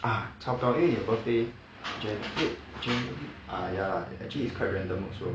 ah 差不多因为你的 birthday jan 因为 jan baby ah ya lah actually is quite random also